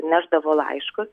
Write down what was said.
nešdavo laiškus